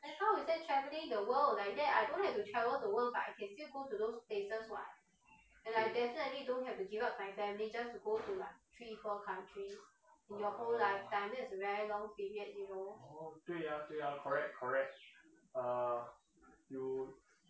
orh 对啊对啊 correct correct uh you